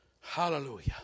Hallelujah